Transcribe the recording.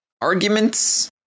arguments